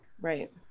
Right